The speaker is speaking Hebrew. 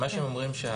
מה שהם אומרים,